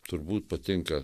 turbūt patinka